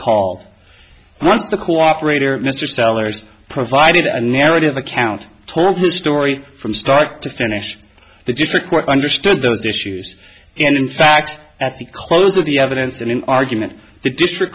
called the cooperator mr sellers provided a narrative account told the story from start to finish the gist requests understood those issues and in fact at the close of the evidence in an argument the district